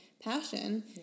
passion